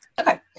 Okay